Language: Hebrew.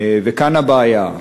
וכאן הבעיה.